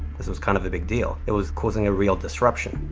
this was kind of a big deal. it was causing a real disruption.